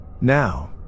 Now